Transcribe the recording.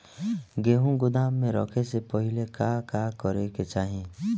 गेहु गोदाम मे रखे से पहिले का का करे के चाही?